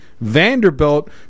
Vanderbilt